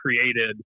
created